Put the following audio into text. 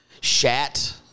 Shat